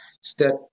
step